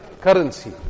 currency